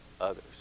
others